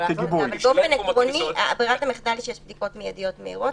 באופן עקרוני ברירת המחדל היא שיש בדיקות מיידיות מהירות.